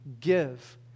give